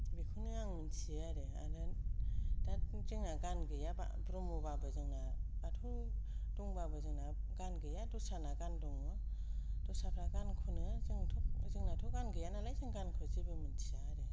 बेखौनो आं मिन्थियो आरो आरो दा जोंहा गान गैया ब्रह्मबाबो जोंना बाथौ दंबाबो जोंना गान गैया दस्राना गान दङ दस्राफ्रा गान खनो जोंथ' जोंनाथ' गान गैया नालाय जों गानखौ जेबो मिन्थिया आरो